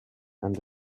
and